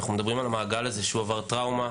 אנו מדברים על מעגל שהוא עבר טראומה,